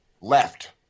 left